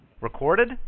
Recorded